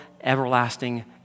everlasting